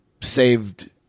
saved